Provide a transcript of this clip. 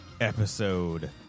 episode